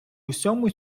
усьому